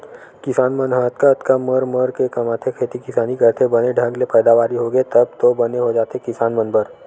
किसान मन ह अतका अतका मर मर के कमाथे खेती किसानी करथे बने ढंग ले पैदावारी होगे तब तो बने हो जाथे किसान मन बर